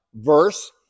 verse